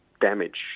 damage